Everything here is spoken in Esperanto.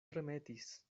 tremetis